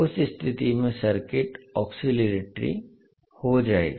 उस स्थिति में सर्किट ऑसिलेटरी हो जाएगा